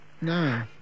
No